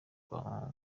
kwa